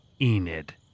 Enid